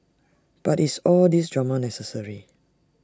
but is all these drama necessary